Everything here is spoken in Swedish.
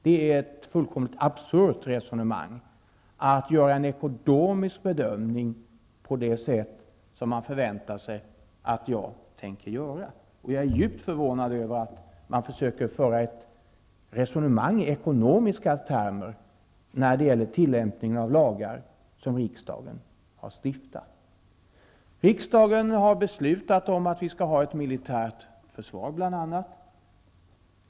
Det är ett fullkomligt absurt resonemang att göra en ekonomisk bedömning på det sätt som man förväntar sig att jag tänker göra. Jag är djupt förvånad över att man försöker föra ett resonemang i ekonomiska termer om tillämpningen av lagar som riksdagen har stiftat. Riksdagen har bl.a. beslutat om att vi skall ha ett militärt försvar.